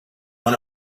one